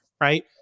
right